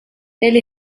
ele